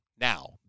Now